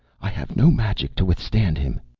i have no magic to withstand him!